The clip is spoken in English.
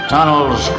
Tunnels